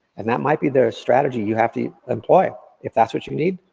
and that might be their strategy you have to employ, if that's what you need,